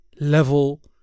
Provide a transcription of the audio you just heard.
level